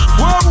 whoa